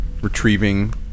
retrieving